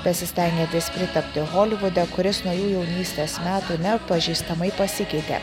besistengiantis pritapti holivude kuris nuo jų jaunystės metų neatpažįstamai pasikeitė